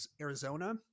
Arizona